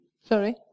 Sorry